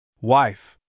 Wife